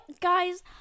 guys